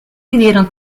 pidieron